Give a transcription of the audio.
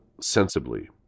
sensibly